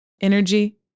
energy